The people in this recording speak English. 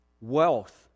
wealth